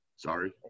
sorry